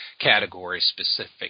category-specific